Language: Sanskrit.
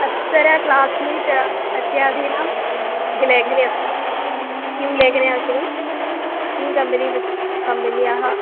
अप्सरा क्लास्मीट् इत्यादीनां लेखनी अस्ति किं लेखनी आवश्यकी किं कम्बनी कम्बन्यः